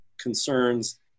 concerns